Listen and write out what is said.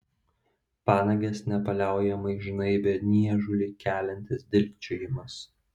panages nepaliaujamai žnaibė niežulį keliantis dilgčiojimas